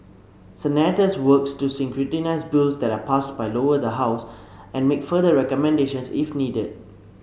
senators work to scrutinise bills that are passed by the Lower House and make further recommendations if needed